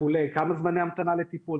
כמה זמני המתנה לטיפול,